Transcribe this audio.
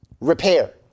repair